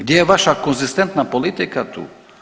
Gdje je vaša konzistentna politika tu?